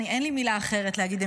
אין לי מילה אחרת להגיד,